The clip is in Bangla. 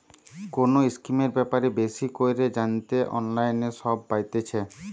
কোনো স্কিমের ব্যাপারে বেশি কইরে জানতে অনলাইনে সব পাইতেছে